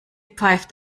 pfeift